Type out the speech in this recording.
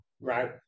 Right